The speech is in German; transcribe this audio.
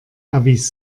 erwies